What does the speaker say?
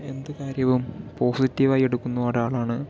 എന്ത് കാര്യവും പോസിറ്റീവായി എടുക്കുന്ന ഒരാളാണ്